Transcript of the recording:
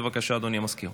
בבקשה, אדוני המזכיר.